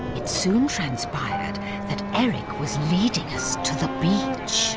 it soon transpired that eric was leading us to the beach,